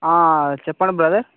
చెప్పండి బ్రదర్